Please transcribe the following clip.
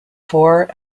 four